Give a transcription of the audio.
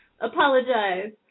Apologize